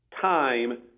time